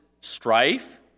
strife